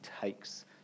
takes